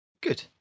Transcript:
Good